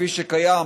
כפי שקיים